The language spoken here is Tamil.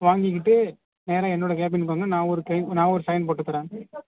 வாங்கிக்கிட்டு நேராக என்னோடய கேபினுக்கு வாங்க நான் ஒரு கை நான் ஒரு சைன் போட்டுத்தறேன்